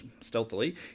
stealthily